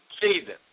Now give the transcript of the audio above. season